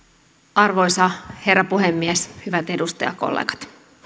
arvoisa herra puhemies hyvät edustajakollegat